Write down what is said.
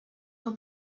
con